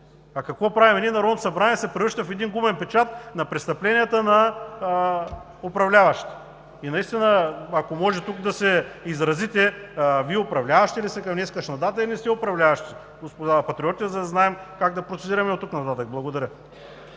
какво правим – Народното събрание се превръща в един гумен печат на престъпленията на управляващите?! Ако може тук наистина да изразите – Вие управляващи ли сте към днешна дата, или не сте управляващи, господа патриоти, за да знаем как да процедираме оттук нататък?! Благодаря.